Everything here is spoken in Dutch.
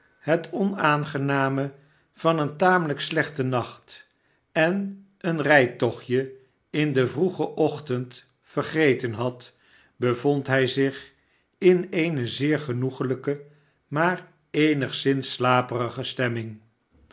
het onaangename van een tamelijk slechten nacht en een rijtochtje in den vroegen ochtend vergeten had bevond hij zich in eene zeer genoeglijke maar eenigszins slaperige stemming